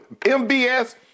MBS